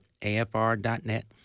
afr.net